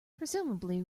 presumably